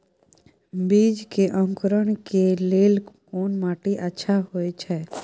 बीज के अंकुरण के लेल कोन माटी अच्छा होय छै?